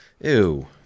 Ew